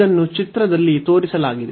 ಇದನ್ನು ಚಿತ್ರದಲ್ಲಿ ತೋರಿಸಲಾಗಿದೆ